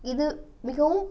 இது மிகவும்